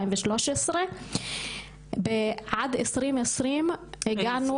הריסות, עד 2020 הגענו